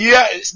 Yes